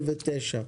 8 ו-9.